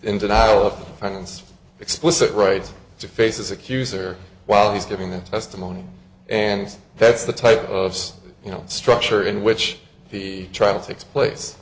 in denial of the fence explicit rights to face his accuser while he's giving the testimony and that's the type of you know structure in which the trial takes place